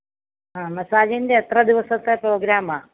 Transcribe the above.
ആ മസാജിൻ്റെ എത്ര ദിവസത്തെ പ്രോഗ്രാമാണ്